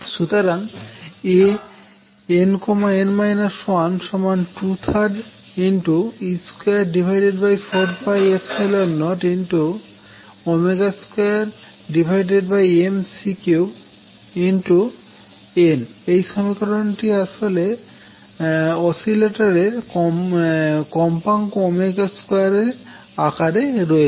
সুতরাং Ann 1 23e2402mC3n এই সমীকরণটি অসিলেটর এর কম্পাঙ্ক 2এর আকারে রয়েছে